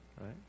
right